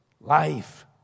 life